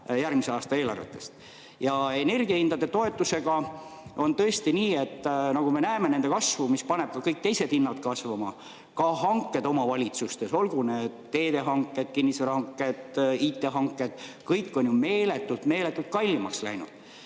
järgmise aasta eelarvest. Energiahindade toetusega on tõesti nii, nagu me näeme, et nende [hindade] kasv paneb ka kõik teised hinnad kasvama, ka hanked omavalitsustes, olgu need teedehanked, kinnisvarahanked, IT-hanked, kõik on ju meeletult‑meeletult kallimaks läinud.